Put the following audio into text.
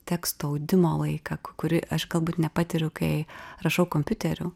teksto audimo laiką kurį aš galbūt nepatiriu kai rašau kompiuteriu